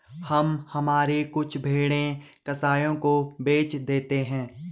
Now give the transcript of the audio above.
हम हमारी कुछ भेड़ें कसाइयों को बेच देते हैं